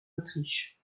autriche